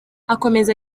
akomeza